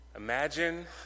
Imagine